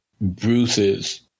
Bruce's